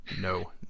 no